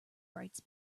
writes